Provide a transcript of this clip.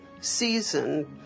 season